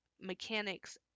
mechanics